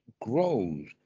grows